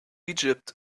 egypt